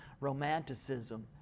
romanticism